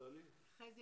תעלי את